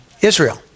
Israel